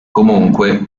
comunque